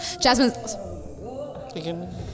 Jasmine